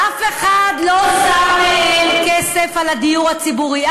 אף אחד לא שם כסף לדיור הציבורי,